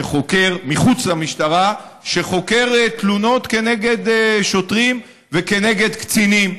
שחוקר מחוץ למשטרה תלונות כנגד שוטרים וכנגד קצינים.